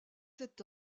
sept